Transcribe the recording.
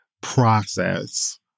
process